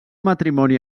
matrimoni